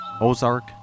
Ozark